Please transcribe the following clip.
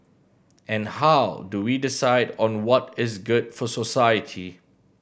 and how do we decide on what is good for society